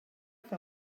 fer